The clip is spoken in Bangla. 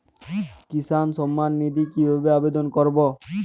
কিষান সম্মাননিধি কিভাবে আবেদন করব?